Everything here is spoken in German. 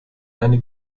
eine